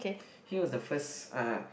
he was first uh